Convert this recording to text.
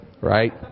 right